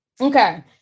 Okay